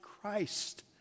Christ